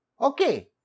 Okay